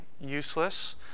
useless